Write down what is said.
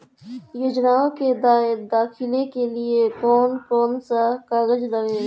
योजनाओ के दाखिले के लिए कौउन कौउन सा कागज लगेला?